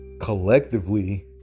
collectively